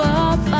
up